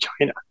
China